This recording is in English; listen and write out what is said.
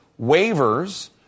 waivers